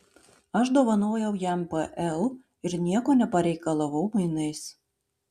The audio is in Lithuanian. aš dovanojau jam pl ir nieko nepareikalavau mainais